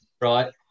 right